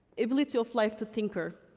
ability of life to tinker.